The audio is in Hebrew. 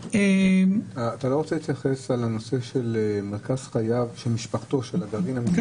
אתה לא רוצה להתייחס לנושא מרכז חייו של הגרעין המשפחתי?